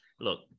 look